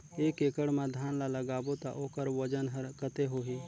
एक एकड़ मा धान ला लगाबो ता ओकर वजन हर कते होही?